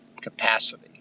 capacity